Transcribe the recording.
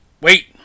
Wait